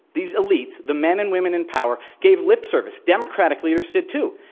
these elites, the men and women in power, gave lip service. democratic leaders did too.